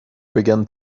began